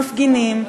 מפגינים,